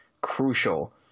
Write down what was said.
crucial